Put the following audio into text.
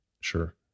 Sure